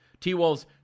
T-Wolves